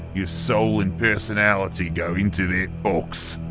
your soul and personality go into that box.